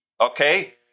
okay